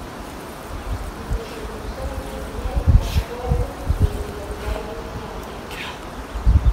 nepriklausau jokiai epochai ir jokiai vietai